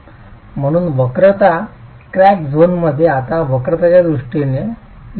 म्हणून वक्रता क्रॅक झोनमध्ये आता वक्रताच्या दृष्टीनेच लिहिलेली आहे